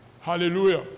Hallelujah